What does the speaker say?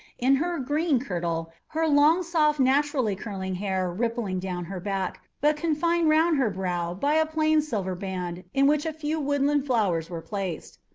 in her green kirtle, her long soft naturally curling hair rippling down her back, but confined round her brow by a plain silver band in which a few woodland flowers were placed.